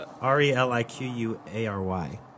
R-E-L-I-Q-U-A-R-Y